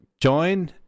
join